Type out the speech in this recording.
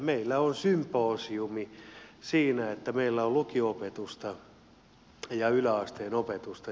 meillä on symbioosi siinä että meillä on lukio opetusta ja yläasteen opetusta